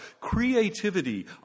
creativity